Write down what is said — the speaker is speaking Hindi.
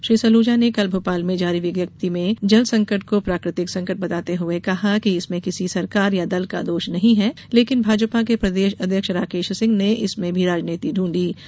श्री सलूजा ने कल भोपाल में जारी विज्ञप्ति में जलसंकट को प्राकृतिक संकट बताते हुए कहा कि इसमें किसी सरकार या दल का दोष नहीं है लेकिन भाजपा के प्रदेश अध्यक्ष राकेश सिंह इसमें भी राजनीति ढूंढ लाए हैं